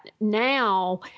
now